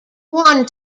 one